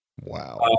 Wow